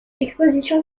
exposition